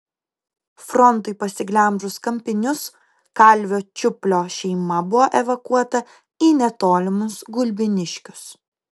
frontui pasiglemžus kampinius kalvio čiuplio šeima buvo evakuota į netolimus gulbiniškius